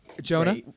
Jonah